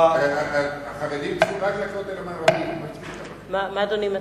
חבר הכנסת נסים זאב, מה אתה מציע?